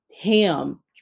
ham